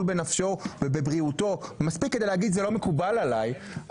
בנפשו ובבריאותו מספיק כדי להגיד זה לא מקובל עליי,